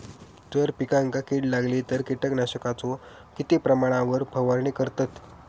जर पिकांका कीड लागली तर कीटकनाशकाचो किती प्रमाणावर फवारणी करतत?